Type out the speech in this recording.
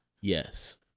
yes